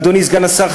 אדוני סגן השר,